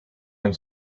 del